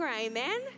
amen